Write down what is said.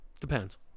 Depends